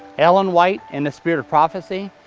ellen white and the spirit of prophecy,